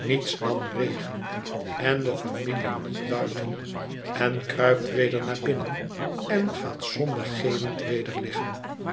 i niets dan regen en de familie niet buiten i en kruipt weder naar binnen en gaat somber geeuwend